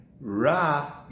Ra